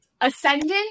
ascendant